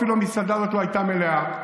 אפילו המסעדה הזאת לא הייתה מלאה,